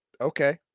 Okay